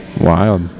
Wild